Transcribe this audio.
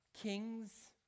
kings